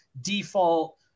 default